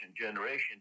generation